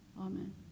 Amen